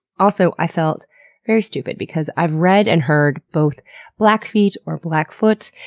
also, i felt very stupid because i've read and heard both blackfeet or blackfoot,